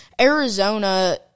Arizona